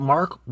Mark